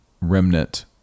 remnant